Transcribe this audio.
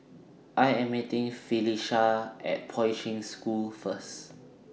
I Am meeting Felisha At Poi Ching School First